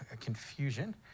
confusion